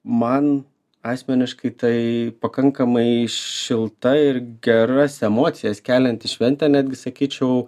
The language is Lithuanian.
man asmeniškai tai pakankamai šilta ir geras emocijas kelianti šventė netgi sakyčiau